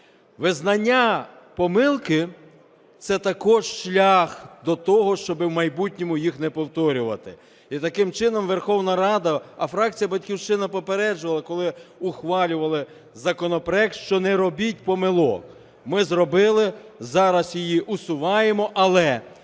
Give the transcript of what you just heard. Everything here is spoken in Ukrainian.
Визнання помилки – це також шлях до того, щоби в майбутньому їх не повторювати. І таким чином Верховна Рада, а фракція "Батьківщина" попереджувала, коли ухвалювали законопроект, що не робіть помилок. Ми зробили, зараз її усуваємо. Але